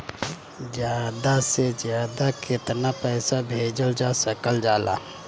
ज्यादा से ज्यादा केताना पैसा भेजल जा सकल जाला?